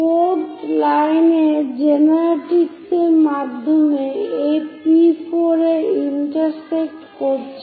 4th লাইনটি জেনারেট্রিক্সের মাধ্যমে এই P4 এ ইন্টারসেক্ট করছে